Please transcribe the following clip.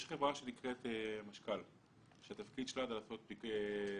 יש חברה שנקראת משכל שהתפקיד שלה הוא לעשות סיורים,